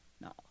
No